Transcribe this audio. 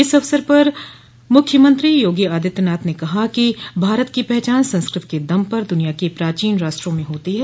इस अवसर पर मुख्यमत्री योगी आदित्यनाथ ने कहा कि भारत की पहचान संस्कृत के दम पर द्निया के प्राचीन राष्ट्रों में होती है